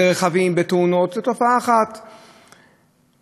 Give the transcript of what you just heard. מכיוון שאז אדם הוא מוחלש.